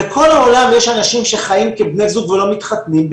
בכל העולם יש אנשים שחיים כבני זוג ולא מתחתנים,